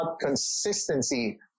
consistency